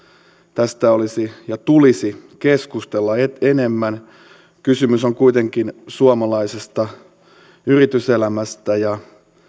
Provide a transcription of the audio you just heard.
tästä tulisi keskustella enemmän kysymys on kuitenkin suomalaisesta yrityselämästä ja